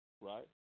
right